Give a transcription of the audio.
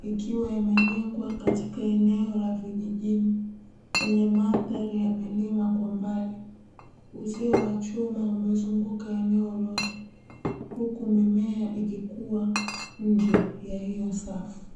ikiwa imejengwa katika eneo la vijijini lenye mandhari ya milima kwa mbali, uzio wa chuma umezunguka eneo lote huku mimea ikikuwa nje ya hiyo safu.